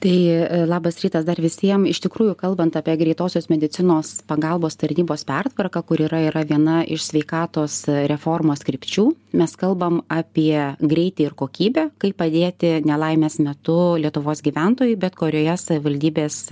tai labas rytas dar visiem iš tikrųjų kalbant apie greitosios medicinos pagalbos tarnybos pertvarką kur yra yra viena iš sveikatos reformos krypčių mes kalbam apie greitį ir kokybę kaip padėti nelaimės metu lietuvos gyventojui bet korioje savivaldybės